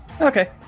Okay